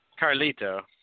Carlito